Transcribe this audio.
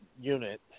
unit